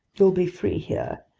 you'll be free here,